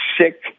sick